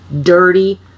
dirty